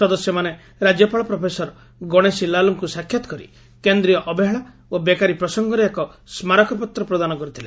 ସଦସ୍ୟମାନେ ରାଜ୍ୟପାଳ ପ୍ରଫେସର ଗଣେଶୀ ଲାଲଙ୍କୁ ସାକ୍ଷାତ୍ କରି କେନ୍ଦ୍ରୀୟ ଅବହେଳା ଓ ବେକାରୀ ପ୍ରସଙ୍ଗରେ ଏକ ସ୍କାରକପତ୍ର ପ୍ରଦାନ କରିଥିଲେ